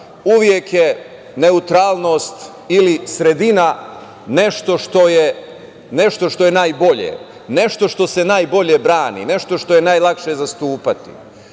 uvek je neutralnost ili sredina nešto što je najbolje, nešto što se najbolje brani, nešto što je najlakše zastupati. Čak